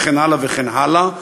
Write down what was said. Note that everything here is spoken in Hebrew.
וכן הלאה וכן הלאה,